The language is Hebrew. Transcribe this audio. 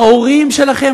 ההורים שלכם,